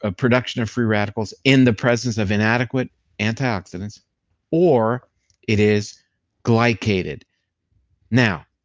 ah production of free radicals in the presence of inadequate antioxidants or it is glycated now,